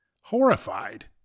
horrified